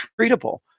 treatable